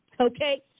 Okay